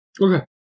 Okay